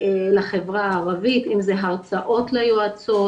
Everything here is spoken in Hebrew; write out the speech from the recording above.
לחברה הערבית, אם זה הרצאות ליועצות,